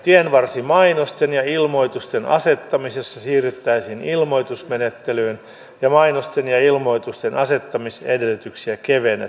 tienvarsimainosten ja ilmoitusten asettamisessa siirryttäisiin ilmoitusmenettelyyn ja mainosten ja ilmoitusten asettamisedellytyksiä kevennetään